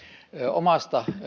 omasta